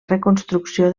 reconstrucció